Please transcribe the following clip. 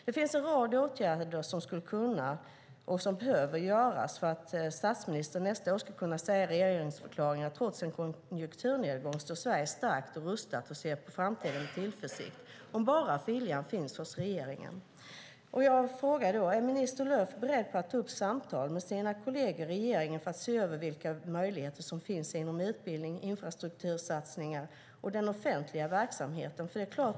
Det finns en rad åtgärder som behöver och kan vidtas så att statsministern i nästa års regeringsförklaring kan säga att trots en konjunkturnedgång står Sverige starkt rustat och ser med tillförsikt an på framtiden - om bara viljan finns hos regeringen. Är minister Lööf beredd att ta upp samtal med sina kolleger i regeringen för att se över vilka möjligheter som finns inom utbildning, infrastruktursatsningar och offentlig verksamhet?